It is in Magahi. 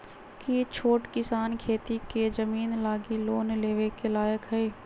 कि छोट किसान खेती के जमीन लागी लोन लेवे के लायक हई?